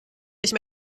nicht